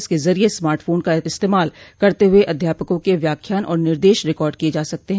इसके जरिये smartphone का इस्तेमाल करते हुए अध्यापकों के व्याख्यान और निर्देश रिकॉर्ड किये जा सकते हैं